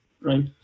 right